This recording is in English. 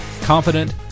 confident